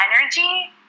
energy